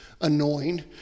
annoying